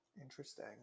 Interesting